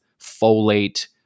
folate